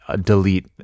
delete